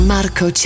Marco